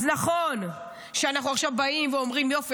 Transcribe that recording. אז נכון שאנחנו עכשיו באים ואומרים: יופי,